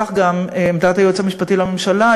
וכך גם עמדת היועץ המשפטי לממשלה,